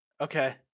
Okay